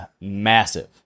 massive